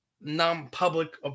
non-public